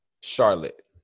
charlotte